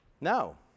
No